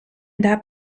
that